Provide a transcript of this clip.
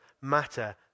matter